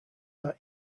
that